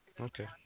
Okay